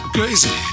Crazy